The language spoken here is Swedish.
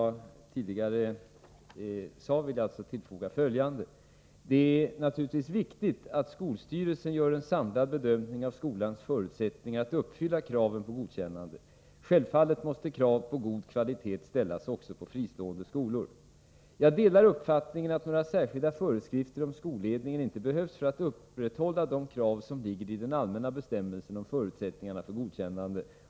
Det är naturligtvis viktigt att skolstyrelsen gör en samlad bedömning av skolans förutsättningar att uppfylla kraven på godkännande. Självfallet måste krav på god kvalitet ställas också på fristående skolor. Jag delar uppfattningen att några särskilda föreskrifter om skolledningen inte behövs för att upprätthålla de krav som ligger i den allmänna bestämmelsen om förutsättningarna för godkännande.